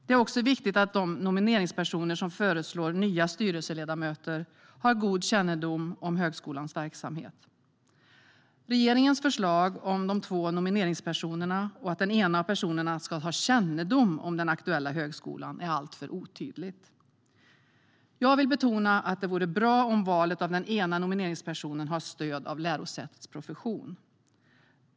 Det är också viktigt att de nomineringspersoner som föreslår nya styrelseledamöter har god kännedom om högskolans verksamhet. Regeringens förslag om att den ena av de två nomineringspersonerna ska ha kännedom om den aktuella högskolan är alltför otydligt. Jag vill betona att det vore bra om valet av den ena nomineringspersonen har stöd av lärosätets profession.